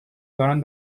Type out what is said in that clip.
دارن